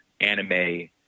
anime